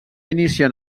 iniciar